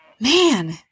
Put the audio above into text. man